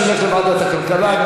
שילך לוועדת הכלכלה,